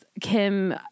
Kim